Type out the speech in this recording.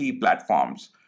platforms